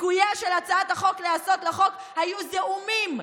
וסיכוייה של הצעת החוק להיעשות לחוק, היו זעומים".